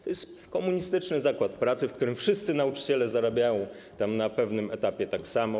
To jest komunistyczny zakład, w którym wszyscy nauczyciele zarabiają na pewnym etapie tak samo.